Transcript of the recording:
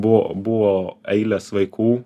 buvo buvo eilės vaikų